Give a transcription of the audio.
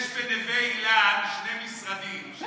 יש בנווה אילן שני משרדים.